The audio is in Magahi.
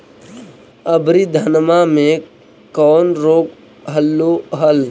अबरि धाना मे कौन रोग हलो हल?